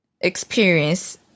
experience